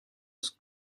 als